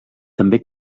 també